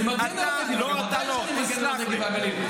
אני מגן על הנגב והגליל.